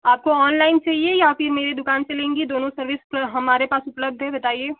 आपको ऑनलाइन चाहिए या फिर मेरी दुकान से लेंगी दोनों सर्विस हमारे पास उपलब्ध हैं बताइए